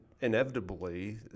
inevitably